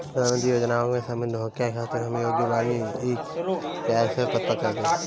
प्रधान मंत्री योजनओं में शामिल होखे के खातिर हम योग्य बानी ई कईसे पता चली?